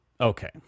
okay